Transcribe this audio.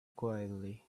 quietly